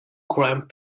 grand